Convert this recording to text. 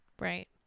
right